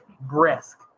brisk